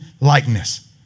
likeness